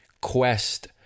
quest